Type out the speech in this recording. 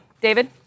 David